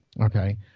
okay